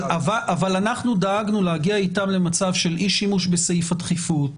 אבל דאגנו להגיע אתם למצב של אי שימוש בסעיף הדחיפות,